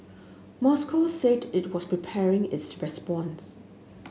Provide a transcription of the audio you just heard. Moscow said it was preparing its response